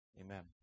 Amen